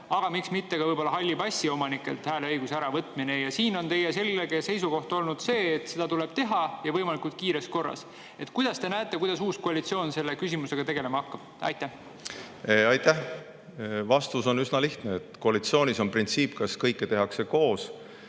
aga miks mitte ka halli passi omanikelt hääleõiguse äravõtmine. Teie selge seisukoht on olnud, et seda tuleb teha, ja võimalikult kiires korras. Kuidas te näete, kuidas uus koalitsioon selle küsimusega tegelema hakkab? Aitäh! Vastus on üsna lihtne. Koalitsioonis on printsiip, et kõike tehakse kas